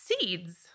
seeds